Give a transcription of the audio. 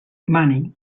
mani